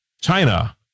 China